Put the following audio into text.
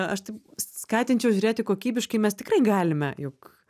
aš tai skatinčiau žiūrėti kokybiškai mes tikrai galime juk